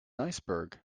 iceberg